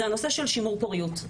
זה הנושא של שימור פוריות.